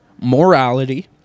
morality